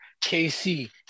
KC